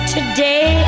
Today